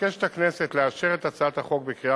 אבקש מהכנסת לאשר את הצעת החוק בקריאה